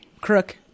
crook